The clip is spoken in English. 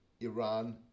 Iran